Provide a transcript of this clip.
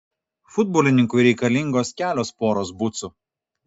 futbolininkui reikalingos kelios poros bucų